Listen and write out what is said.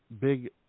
big